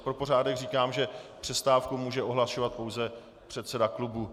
Pro pořádek říkám, že přestávku může ohlašovat pouze předseda klubu.